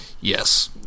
Yes